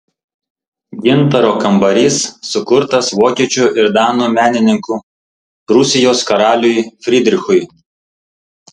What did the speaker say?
gintaro kambarys sukurtas vokiečių ir danų menininkų prūsijos karaliui frydrichui